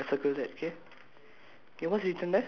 okay I don't have that K I circle that K